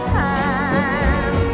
time